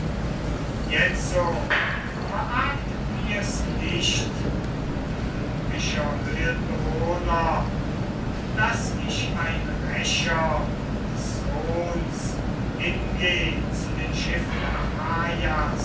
jetzo verargt mir's nicht olympischer höhen bewohner daß ich ein rächer des sohns hingeh zu den schiffen